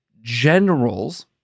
generals